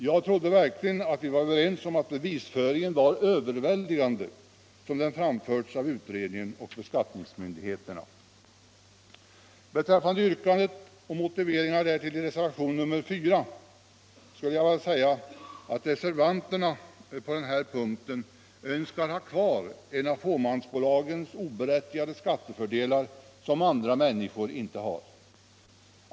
Jag trodde verkligen att vi var överens om att bevisföringen var överväldigande så som den framförts av utredningen och beskattningsmyndigheterna! Beträffande yrkandet och motiveringen därtill i reservationen 4 skulle jag vilja säga att reservanterna på den punkten önskar ha kvar en av fåmansbolagens oberättigade skattefördelar som andra människor inte har.